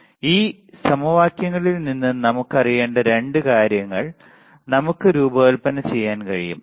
അതിനാൽ ഈ സമവാക്യങ്ങളിൽ നിന്ന് നമുക്ക് അറിയേണ്ട 2 കാര്യങ്ങൾ നമുക്ക് രൂപകൽപ്പന ചെയ്യാൻ കഴിയും